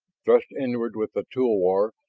thrust inward with the tulwar,